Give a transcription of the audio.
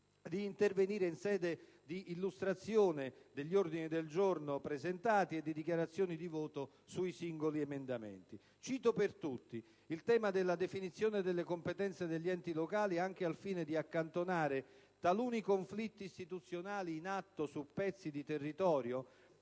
di intervenire in sede di illustrazione degli ordini del giorno presentati e di dichiarazione di voto sui singoli emendamenti. Cito per tutti il tema della definizione delle competenze degli enti locali, anche al fine di accantonare taluni conflitti istituzionali in atto su pezzi di territorio